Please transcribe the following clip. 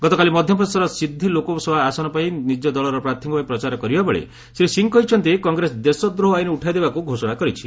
ଗତକାଲି ମଧ୍ୟପ୍ରଦେଶର ସିଦ୍ଧି ଲୋକସଭା ଆସନପାଇଁ ନିଜ ଦଳର ପ୍ରାର୍ଥୀଙ୍କ ପାଇଁ ପ୍ରଚାର କରିବାବେଳେ ଶ୍ରୀ ସିଂହ କହିଛନ୍ତି କଂଗ୍ରେସ ଦେଶଦ୍ରୋହ ଆଇନ ଉଠାଇ ଦେବାକୁ ଘୋଷଣା କରିଛି